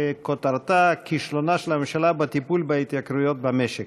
שכותרתה: כישלונה של הממשלה בטיפול בהתייקרויות במשק.